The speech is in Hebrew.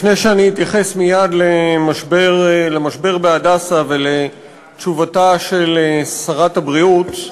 לפני שאני אתייחס מייד למשבר ב"הדסה" ולתשובתה של שרת הבריאות,